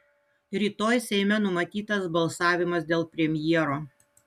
rytoj seime numatytas balsavimas dėl premjero